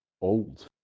old